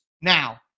now